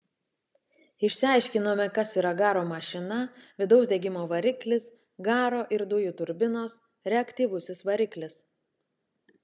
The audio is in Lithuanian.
išsiaiškinome kas yra garo mašina vidaus degimo variklis garo ir dujų turbinos reaktyvusis variklis